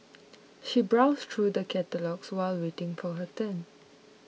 she browsed through the catalogues while waiting for her turn